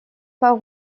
pas